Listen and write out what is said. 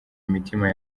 imitima